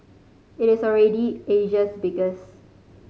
it is already Asia's biggest